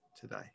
today